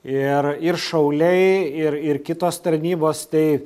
ir ir šauliai ir ir kitos tarnybos tai